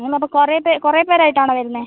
നിങ്ങൾ അപ്പോൾ കുറെ പേരായിട്ടാണോ വരുന്നത്